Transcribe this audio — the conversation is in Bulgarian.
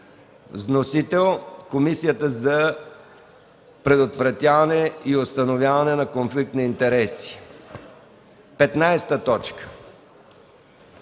Вносител – Комисията за предотвратяване и установяване на конфликт на интереси. 15.